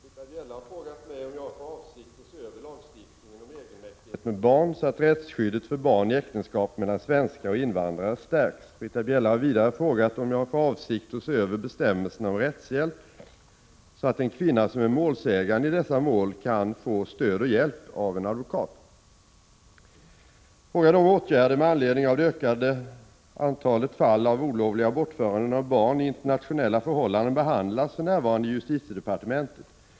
Herr talman! Britta Bjelle har frågat mig om jag har för avsikt att se över lagstiftningen om egenmäktighet med barn så att rättsskyddet för barn i äktenskap mellan svenskar och invandrare stärks. Britta Bjelle har vidare frågat om jag har för avsikt att se över bestämmelserna om rättshjälp så att en kvinna som är målsägande i dessa mål kan få stöd och hjälp av en advokat. Frågan om åtgärder med anledning av det ökande antalet fall av olovliga bortföranden av barn i internationella förhållanden behandlas för närvarande i justitiedepartementet.